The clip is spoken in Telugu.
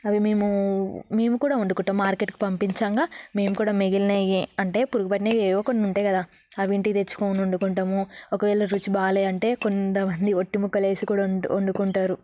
అవి మేము మేము కూడా వండుకుంటాము మార్కెట్కు పంపించగా మేము కూడా మిగిలినవి అంటే పురుగు పట్టినవి ఏవో కొన్ని ఉంటాయి కదా అవి తెచ్చుకుని వండుకుంటాము ఒకవేళ రుచి బాగాలేదు అంటే కొంతమంది వట్టి ముక్కలు వేసి కూడా వండు వండుకుంటారు